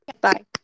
Bye